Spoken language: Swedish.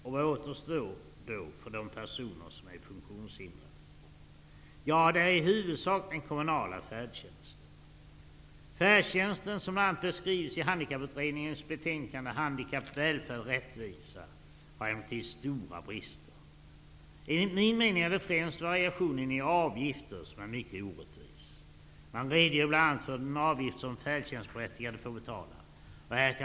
Vad återstår då för de personer som är funktionshindrade? Det är i huvudsak den kommunala färdtjänsten. Den beskrivs i Handikapputredningens betänkande Handikapp -- Välfärd -- Rättvisa. Den har emel lertid stora brister. Enligt min mening är det främst variationen i avgifter som är mycket orätt vis. Det redogörs för bl.a. den avgift som den färdtjänstberättigade får betala.